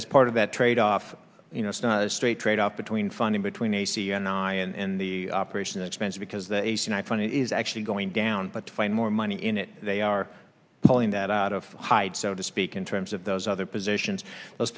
as part of that tradeoff you know it's not a straight tradeoff between funding between a c and i and the operation expense because the ac i phone is actually going down but to find more money in it they are pulling that out of hide so to speak in terms of those other positions those